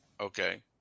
okay